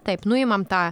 taip nuimam tą